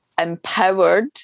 empowered